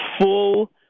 full